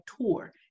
tour